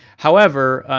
however,